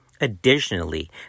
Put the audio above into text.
Additionally